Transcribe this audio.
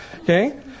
Okay